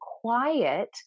quiet